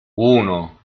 uno